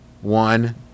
One